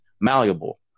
malleable